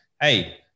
hey